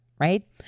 right